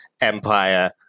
Empire